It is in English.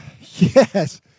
Yes